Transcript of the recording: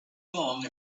long